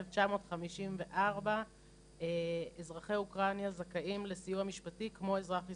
מ-1954 אזרחי אוקראינה זכאית לסיוע משפטי כמו אזרח ישראל.